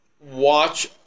watch